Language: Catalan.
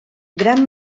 gran